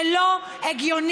זה לא הגיוני.